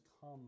come